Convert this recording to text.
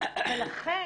לכן